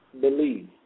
believe